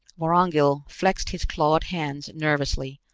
vorongil flexed his clawed hands nervously,